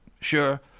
Sure